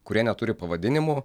kurie neturi pavadinimų